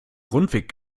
rundweg